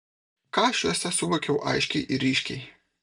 ką aš juose suvokiau aiškiai ir ryškiai